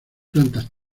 plantas